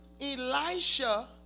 Elisha